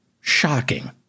Shocking